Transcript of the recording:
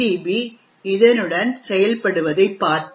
B இதனுடன் செயல்படுவதைப் பார்ப்போம்